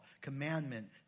commandment